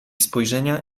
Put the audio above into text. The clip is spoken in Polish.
spojrzenia